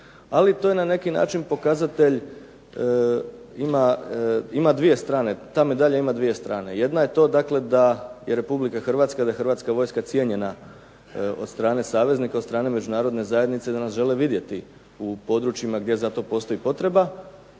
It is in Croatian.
ali to je na neki način pokazatelj, ta medalja ima dvije strane. Jedna je to da je Republika Hrvatska, da je Hrvatska vojska cijenjena od strane saveznika od strane međunarodne zajednice, jer nas žele vidjeti u područjima gdje zato postoji potreba.